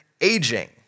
aging